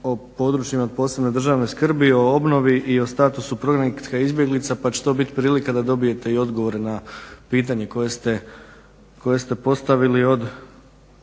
o područjima od posebne državne skrbi, o obnovi i o statusu prognanika i izbjeglica pa će to bit prilika da dobijete i odgovore na pitanje koje ste postavili od